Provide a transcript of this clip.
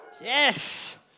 Yes